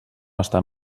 estan